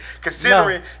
considering